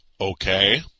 Okay